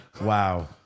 Wow